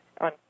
on